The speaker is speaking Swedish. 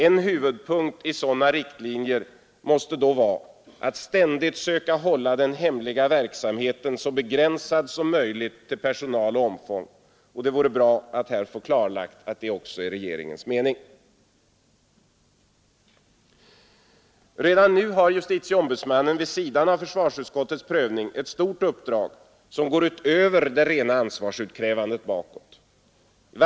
En huvudpunkt i sådana riktlinjer måste då vara att ständigt söka hålla den hemliga verksamheten så begränsad som möjligt till personal och omfång, och det vore bra att här få klarlagt att det också är regeringens mening. Redan nu har JO vid sidan av försvarsutskottets prövning ett stort uppdrag som går utöver det rena ansvarsutkrävandet bakåt.